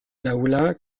dawla